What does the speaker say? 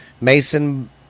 Mason